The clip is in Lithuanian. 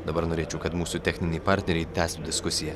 dabar norėčiau kad mūsų techniniai partneriai tęstų diskusiją